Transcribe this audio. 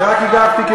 תפסיקו לדחוף,